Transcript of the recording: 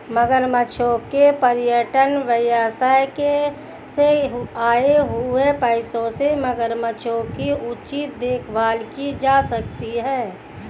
मगरमच्छों के पर्यटन व्यवसाय से आए हुए पैसों से मगरमच्छों की उचित देखभाल की जा सकती है